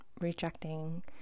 rejecting